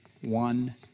one